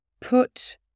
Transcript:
put